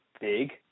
big